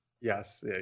Yes